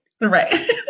Right